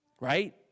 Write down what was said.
Right